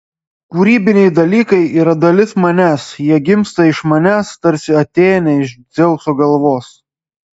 kūrybiniai dalykai yra dalis manęs jie gimsta iš manęs tarsi atėnė iš dzeuso galvos